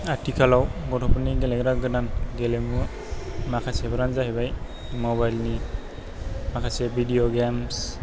आथिखालाव गथ'फोरनि गेलेग्रा गोदान गेलेमु माखासेफ्रानो जाहैबाय मबाइलनि माखासे भिदिअ गेम्स